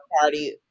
party